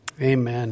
Amen